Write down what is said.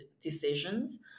decisions